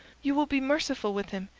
you will be merciful with him.